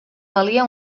valia